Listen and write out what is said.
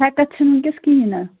ہیٚکتھ چھَنہٕ وُنکیٚس کِہیٖنٛۍ نا